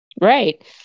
right